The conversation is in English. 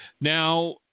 Now